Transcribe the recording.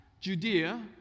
Judea